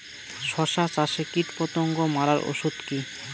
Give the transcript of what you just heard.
শসা চাষে কীটপতঙ্গ মারার ওষুধ কি?